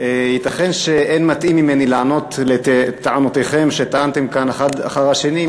ייתכן שאין מתאים ממני לענות על טענותיכם שטענתם כאן אחת אחרי השנייה,